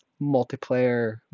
multiplayer